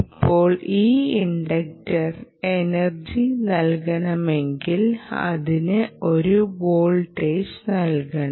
ഇപ്പോൾ ഈ ഇൻഡക്റ്ററിന് എനർജി നൽകണമെങ്കിൽ അതിന് ഒരു വോൾട്ടേജ് നൽകണം